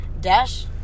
Dash